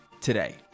today